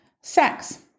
sex